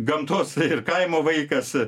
gamtos ir kaimo vaikas